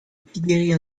tigeriñ